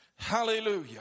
Hallelujah